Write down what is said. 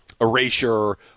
erasure